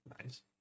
Nice